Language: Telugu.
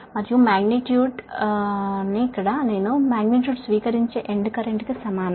మరియు మాగ్నిట్యూడ్ I స్వీకరించే ఎండ్ కరెంట్ మాగ్నిట్యూడ్ కు సమానం